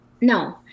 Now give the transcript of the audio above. no